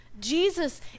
Jesus